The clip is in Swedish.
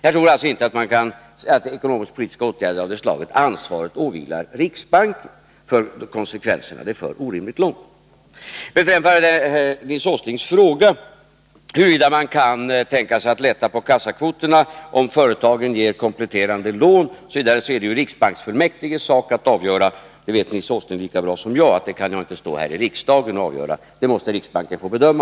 Jag tror alltså inte att man kan säga att ansvaret för konsekvenserna av ekonomisk-politiska åtgärder av det slaget åvilar riksbanken — det skulle föra orimligt långt. Beträffande Nils Åslings fråga huruvida man kan tänka sig att lätta på kassakvoterna om bankerna ger kompletterande lån osv., är detta ju riksbanksfullmäktiges sak att avgöra. Nils Åsling vet lika bra som jag, att jag inte kan stå här i riksdagen och avgöra detta.